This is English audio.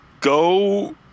go